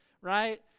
right